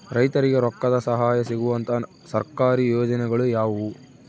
ರೈತರಿಗೆ ರೊಕ್ಕದ ಸಹಾಯ ಸಿಗುವಂತಹ ಸರ್ಕಾರಿ ಯೋಜನೆಗಳು ಯಾವುವು?